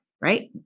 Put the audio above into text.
right